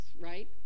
right